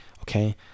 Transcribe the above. okay